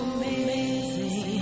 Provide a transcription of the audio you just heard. amazing